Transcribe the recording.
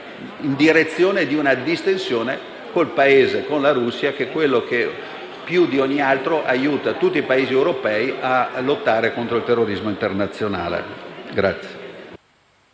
direzione di una distensione con la Russia, che è il Paese che più di ogni altro aiuta tutti i Paesi europei a lottare contro il terrorismo internazionale. [DI